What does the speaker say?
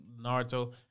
Naruto